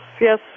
yes